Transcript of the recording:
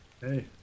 Hey